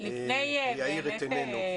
ויאיר את עינינו.